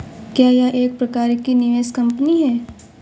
क्या यह एक प्रकार की निवेश कंपनी है?